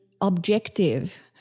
objective